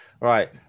Right